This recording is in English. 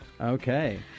Okay